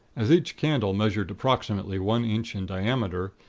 as each candle measured approximately one inch in diameter,